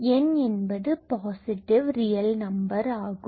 n என்பது positive real number ஆகும்